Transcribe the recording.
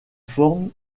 forme